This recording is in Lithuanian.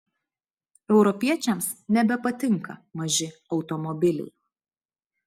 europiečiams nebepatinka maži automobiliai